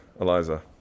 Eliza